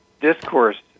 discourse